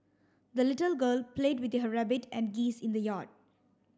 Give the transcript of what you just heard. the little girl played with her rabbit and geese in the yard